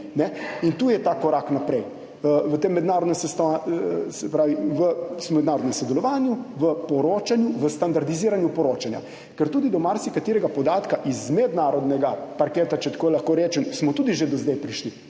In tu je ta korak naprej, v mednarodnem sodelovanju, v poročanju, v standardiziranju poročanja, ker smo tudi do marsikaterega podatka z mednarodnega parketa, če lahko tako rečem, že do zdaj prišli.